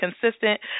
consistent